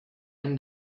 and